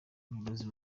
umuyobozi